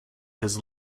his